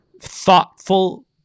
thoughtful